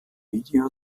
video